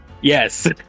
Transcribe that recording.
Yes